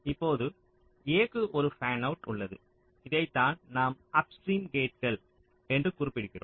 இப்போது A க்கு ஒரு ஃபேன்அவுட் உள்ளது இதைத்தான் நாம் அப்ஸ்ட்ரீம் கேட்கள் என்று குறிப்பிடுகிறோம்